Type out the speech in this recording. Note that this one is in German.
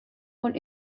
und